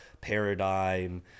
Paradigm